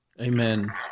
Amen